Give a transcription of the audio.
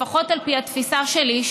לפחות על פי התפיסה שלי,